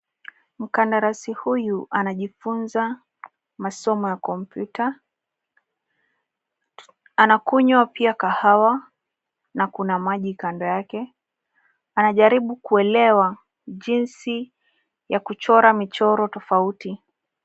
Mkandarasi huyu anajifunza masomo ya kompyuta. Anakunywa pia kahawa na kuna maji kando yake. Anajaribu kuelewa jinsi ya kuchora michoro tofauti.